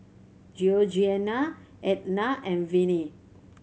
Georgeanna Ednah and Viney